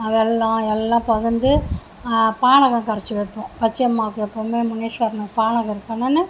வெல்லம் எல்லாம் பகுந்து பானகம் கரைச்சி வைப்போம் பச்சையம்மாவுக்கு எப்பவுமே முனீஷ்வரன் பானகம் இருக்கனுனு